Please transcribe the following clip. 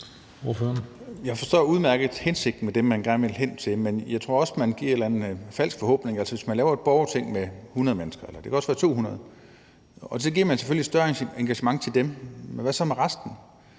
Jeg forstår udmærket hensigten med det, man gerne vil hen til. Men jeg tror også, man giver en eller anden falsk forhåbning. Altså, hvis man laver et borgerting med 100 mennesker, eller det kan også være 200, så giver man selvfølgelig et større engagement til dem, men hvad så med resten?